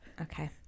okay